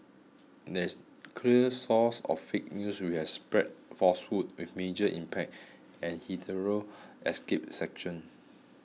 there is clear source of 'fake news' which has spread falsehoods with major impact and hitherto escaped section